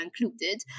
included